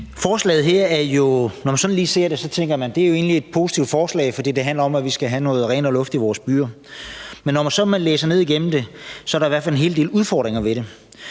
at det jo er et positivt forslag, fordi det handler om, at vi skal have noget renere luft i vores byer. Men når man så læser ned igennem det, er der i hvert fald en hel del udfordringer ved det.